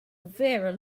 very